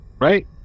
Right